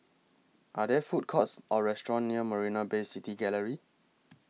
Are There Food Courts Or restaurants near Marina Bay City Gallery